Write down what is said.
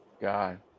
God